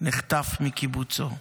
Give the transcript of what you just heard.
נחטף מקיבוצו,